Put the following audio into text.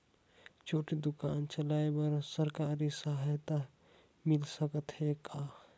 छोटे दुकान चलाय बर सरकारी सहायता मिल सकत हे का?